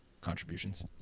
contributions